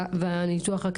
לגבי הניתוח הזה,